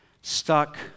Stuck